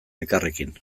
elkarrekin